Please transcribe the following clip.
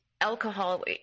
alcohol